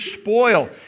spoil